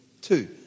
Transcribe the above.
Two